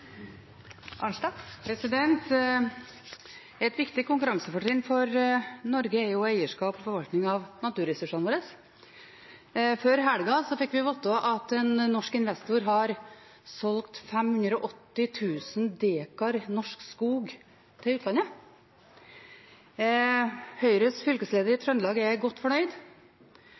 Et viktig konkurransefortrinn for Norge er eierskapet til og forvaltningen av naturressursene våre. Før helgen fikk vi vite at en norsk investor har solgt 580 000 dekar norsk skog til utlandet. Høyres fylkesleder i Trøndelag er godt fornøyd.